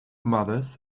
mothers